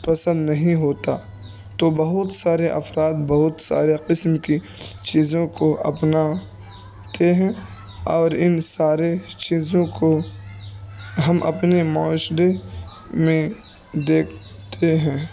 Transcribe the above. پسند نہیں ہوتا تو بہت سارے افراد بہت سارے قسم کی چیزوں کو اپناتے ہیں اور ان سارے چیزوں کو ہم اپنے معاشرے میں دیکھتے ہیں